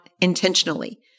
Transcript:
intentionally